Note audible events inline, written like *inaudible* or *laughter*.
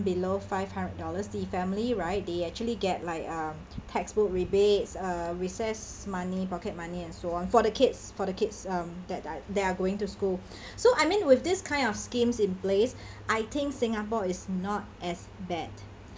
below five hundred dollars the family right they actually get like uh textbook rebates uh recess money pocket money and so on for the kids for the kids um that are that are going to school *breath* so I mean with this kind of schemes in place I think singapore is not as bad